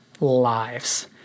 lives